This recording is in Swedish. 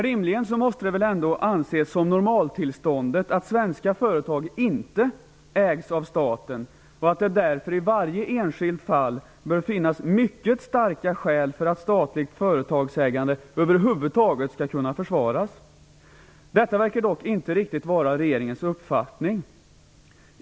Rimligen måste det väl anses som normaltillståndet att svenska företag inte ägs av staten och att det därför i varje enskilt fall bör finnas mycket starka skäl för att statligt företagsägande över huvud taget skall kunna försvaras. Detta verkar dock inte riktigt vara regeringens uppfattning.